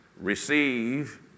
receive